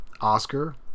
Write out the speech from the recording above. Oscar